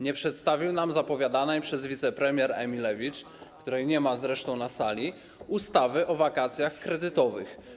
Nie przedstawił nam zapowiadanej przez wicepremier Emilewicz, której nie ma zresztą na sali, ustawy o wakacjach kredytowych.